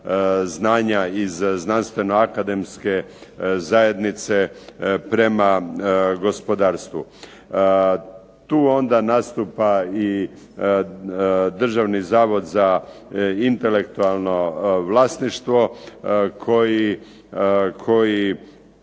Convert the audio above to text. znanja iz znanstveno-akademske zajednice prema gospodarstvu. Tu onda nastupa i Državni zavod za intelektualno vlasništvo, koji